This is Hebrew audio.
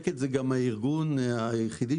לקט זה גם הארגון היחיד במדינה,